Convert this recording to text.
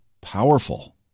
powerful